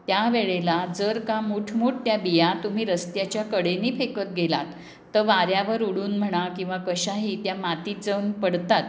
त्या वेळेला जर का मोठमोठ्या बिया तुम्ही रस्त्याच्या कडेने फेकत गेलात तर वाऱ्यावर उडून म्हणा किंवा कशाही त्या मातीत जाऊन पडतात